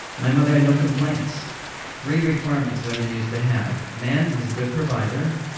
my mother had no complaints three requirements women used to have man was a good provider,